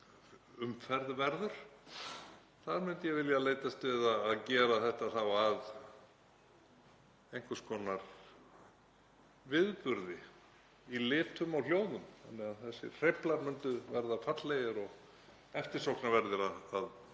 umferð verður myndi ég vilja leitast við að gera það að einhvers konar viðburði í litum og hljóðum þannig að þessir hreyflar myndu verða fallegir og eftirsóknarverðir að